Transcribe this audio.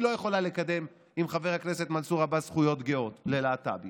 היא לא יכולה לקדם עם חבר הכנסת מנסור עבאס זכויות גאות ללהט"בים.